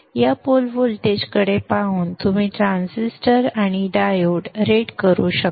या pole voltage कडे पाहून तुम्ही ट्रान्झिस्टर आणि डायोड रेट करू शकता